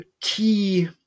key